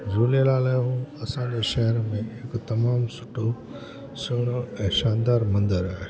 झूलेलाल जो असांजो शहर में हिकु तमामु सुठो सुहिणो ऐं शानदार मंदरु आहे